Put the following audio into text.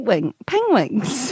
Penguins